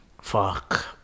Fuck